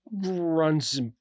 runs